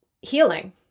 healing